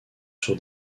sur